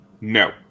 no